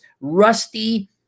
rusty